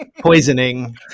poisoning